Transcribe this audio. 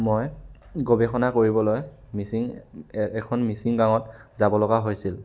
মই গৱেষণা কৰিবলৈ মিচিং এখন মিচিং গাঁৱত যাবলগা হৈছিল